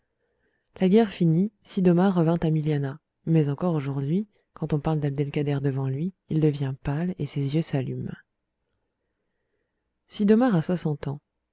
la guerre finie sid'omar revint à milianah mais encore aujourd'hui quand on parle dabd el kader devant lui il devient pâle et ses yeux s'allument sid'omar a soixante ans